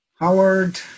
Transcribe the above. Howard